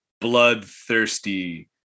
bloodthirsty